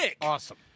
awesome